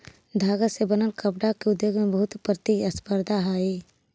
धागा से बनल कपडा के उद्योग में बहुत प्रतिस्पर्धा हई